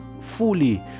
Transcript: fully